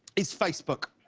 is facebook.